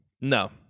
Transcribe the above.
No